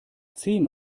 zehn